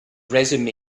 resume